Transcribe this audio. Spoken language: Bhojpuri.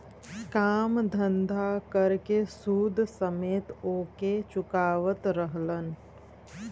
काम धंधा कर के सूद समेत ओके चुकावत रहलन